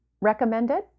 recommended